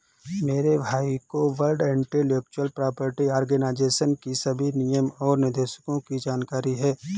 मेरे भाई को वर्ल्ड इंटेलेक्चुअल प्रॉपर्टी आर्गेनाईजेशन की सभी नियम और निर्देशों की जानकारी है